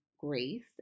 grace